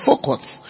focus